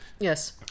Yes